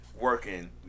Working